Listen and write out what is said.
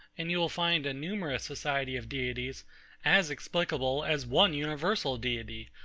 and you will find a numerous society of deities as explicable as one universal deity,